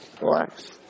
relax